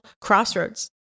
crossroads